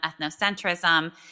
ethnocentrism